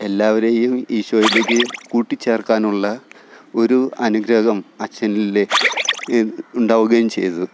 എല്ലാവരെയും ഈശോയിലേക്ക് കൂട്ടിച്ചേര്ക്കാനുള്ള ഒരു അനുഗ്രഹം അച്ഛനിൽ ഉണ്ടാകുകയും ചെയ്തു